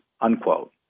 unquote